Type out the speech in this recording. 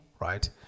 Right